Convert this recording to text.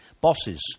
bosses